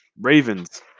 Ravens